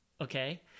okay